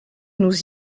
nous